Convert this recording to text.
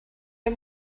der